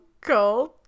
cold